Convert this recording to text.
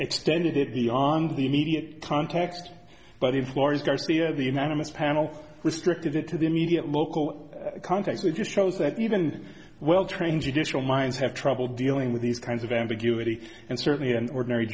extended beyond the immediate context by the floor is garcia the unanimous panel restricted it to the immediate local contacts with just shows that even well trained judicial minds have trouble dealing with these kinds of ambiguity and certainly an ordinary